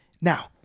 Now